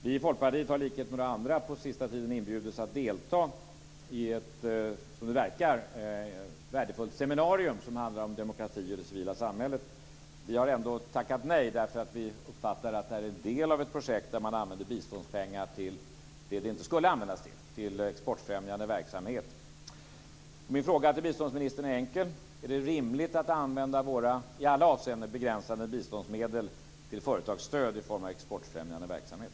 Vi i Folkpartiet har i likhet med några andra på senare tid inbjudits att delta i, som det verkar, ett värdefullt seminarium om demokrati och det civila samhället. Vi har ändå tackat nej därför att vi uppfattar att det här är en del av ett projekt där man använder biståndspengar till det som de inte skulle användas till - till exportfrämjande verksamhet. Min fråga till biståndsministern är enkel: Är det rimligt att använda våra i alla avseenden begränsade biståndsmedel till företagsstöd i form av exportfrämjande verksamhet?